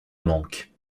manque